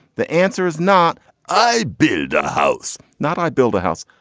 the answer is not i build a house, not i build a house.